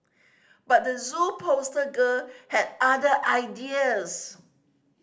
but the Zoo poster girl had other ideas